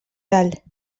dalt